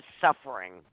suffering